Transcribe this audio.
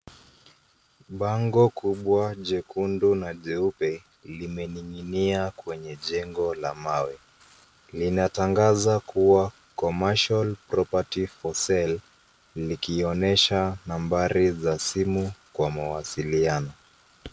Bango kubwa jekundu na jeupe limening'inia kwenye jengo la mawe. Linatangaza kuwa commercial property for sale , likionyesha nambari za simu kwa mawasiliano.